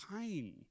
pain